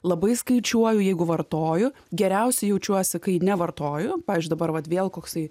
labai skaičiuoju jeigu vartoju geriausiai jaučiuosi kai nevartoju pavyzdžiui dabar vat vėl koksai